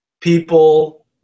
people